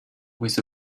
with